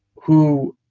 who,